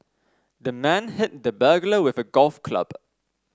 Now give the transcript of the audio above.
the man hit the burglar with a golf club